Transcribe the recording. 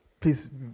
Please